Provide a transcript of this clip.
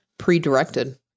Pre-directed